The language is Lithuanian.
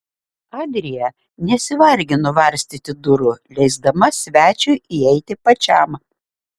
adrija nesivargino varstyti durų leisdama svečiui įeiti pačiam